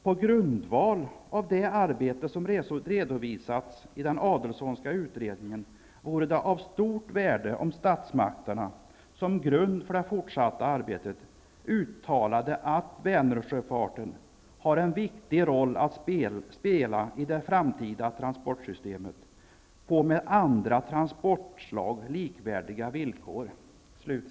På grundval av det arbete som redovisats i den Adelsohnska utredningen vore det av stort värde om statsmakterna, som grund för det fortsatta arbetet, uttalade att Vänersjöfarten har en viktig roll att spela i det framtida transportsystemet på med andra transportslag likvärdiga villkor.''